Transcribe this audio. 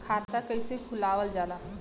खाता कइसे खुलावल जाला?